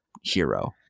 hero